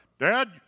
Dad